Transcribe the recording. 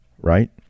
Right